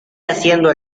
haciendo